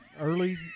early